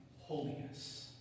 holiness